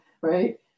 right